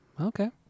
Okay